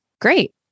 great